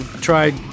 tried